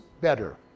better